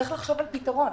צריך לחשוב על פתרון.